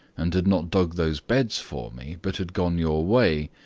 and had not dug those beds for me, but had gone your way,